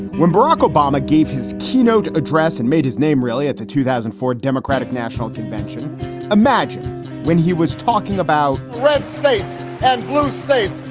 when barack obama gave his keynote address and made his name really at the two thousand and four democratic national convention imagine when he was talking about red states and blue states,